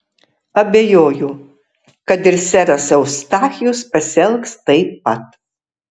abejojau kad ir seras eustachijus pasielgs taip pat